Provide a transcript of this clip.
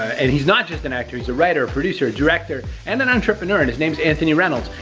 and he's not just an actor, he's a writer, producer, director, and an entrepreneur, and he's name's anthony reynolds.